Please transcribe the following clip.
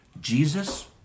Jesus